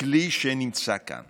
לכלי שנמצא כאן